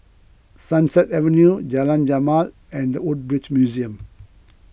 Sunset Avenue Jalan Jamal and the Woodbridge Museum